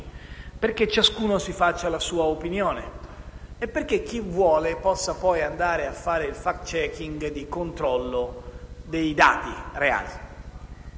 perché ciascuno si faccia la sua opinione e perché chi vuole possa poi passare al *fact checking*, cioè il controllo dei dati reali.